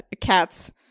cats